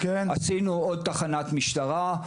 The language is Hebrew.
הקמנו עוד תחנת משטרה,